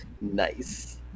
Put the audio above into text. nice